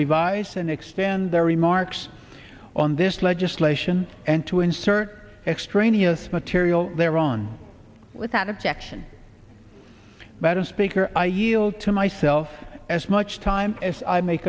revise and extend their remarks on this legislation and to insert extraneous material there on without objection but a speaker i yield to myself as much time as i ma